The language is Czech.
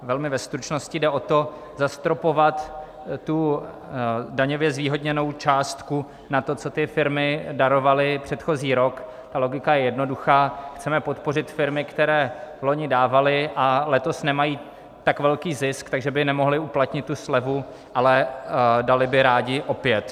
Velmi ve stručnosti, jde o to zastropovat tu daňově zvýhodněnou částku na to, co ty firmy darovaly předchozí rok, a logika je jednoduchá chceme podpořit firmy, které loni dávaly a letos nemají tak velký zisk, takže by nemohly uplatnit tu slevu, ale daly by rády opět.